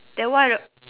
then what a~